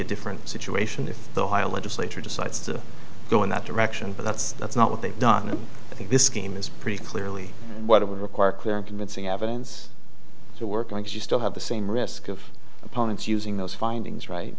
a different situation if the high legislature decides to go in that direction but that's that's not what they've done and i think this game is pretty clearly what it would require clear and convincing evidence to work like you still have the same risk of opponents using those findings right